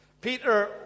Peter